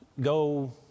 go